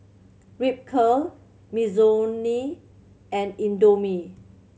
Ripcurl Mizuno and Indomie